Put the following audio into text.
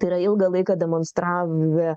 tai yra ilgą laiką demonstravę